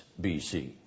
BC